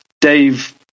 Dave